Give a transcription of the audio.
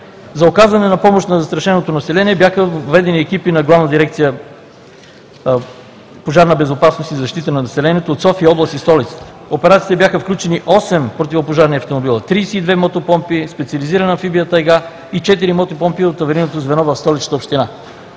За оказване на помощ на застрашеното население бяха въведени екипи на Главна дирекция „Пожарна безопасност и защита на населението“ от София област и столицата. В операциите бяха включени осем противопожарни автомобила, 32 мотопомпи, специализирана амфибия „Тайга“ и 4 мотопомпи от аварийното звено в Столичната община.